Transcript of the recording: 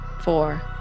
four